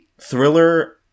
thriller